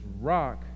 rock